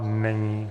Není.